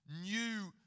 new